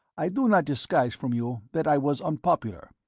i do not disguise from you that i was unpopular,